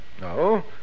No